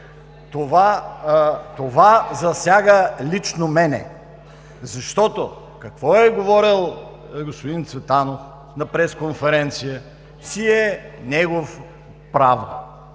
Това засяга лично мен, защото какво е говорил господин Цветанов на пресконференция, си е негово право.